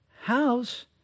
house